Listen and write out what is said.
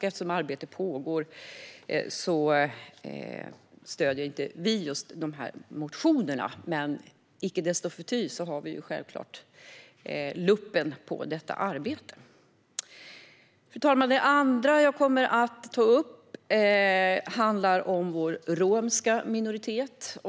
Eftersom arbete pågår stöder vi inte just dessa motioner, men icke förty har vi självklart luppen på detta arbete. Fru talman! Det andra som jag kommer att ta upp handlar om vår romska minoritet.